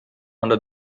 under